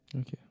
Okay